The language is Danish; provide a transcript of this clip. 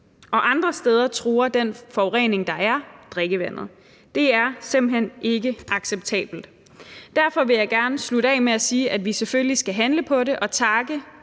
og andre steder truer den forurening, der er, drikkevandet. Det er simpelt hen ikke acceptabelt. Derfor vil jeg gerne slutte af med at sige, at vi selvfølgelig skal handle på det, og jeg